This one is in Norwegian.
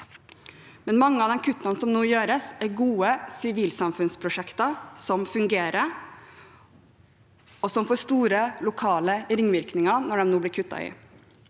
men mange av de kuttene som nå gjøres, er gode sivilsamfunnsprosjekter som fungerer, og det får store lokale ringvirkninger når de nå blir kuttet i.